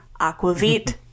aquavit